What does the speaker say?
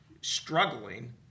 struggling